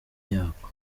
yako